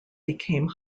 became